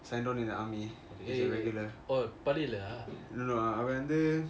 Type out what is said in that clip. signed on in the army as a regular no அவன் வந்து:avan vanthu